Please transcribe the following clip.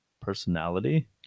personality